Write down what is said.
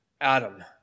Adam